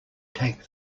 take